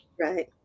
Right